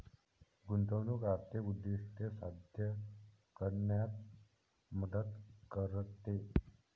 गुंतवणूक आर्थिक उद्दिष्टे साध्य करण्यात मदत करते